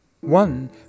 One